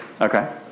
okay